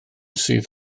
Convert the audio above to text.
sydd